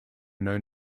known